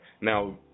now